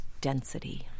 density